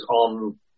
on